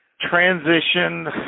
transition